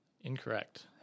Incorrect